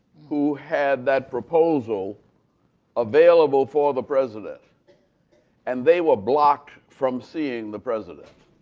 who had that proposal available for the president and they were blocked from seeing the president.